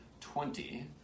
twenty